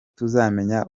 tuzamenya